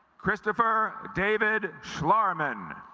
christopher david floorman